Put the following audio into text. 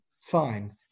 fine